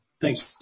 Thanks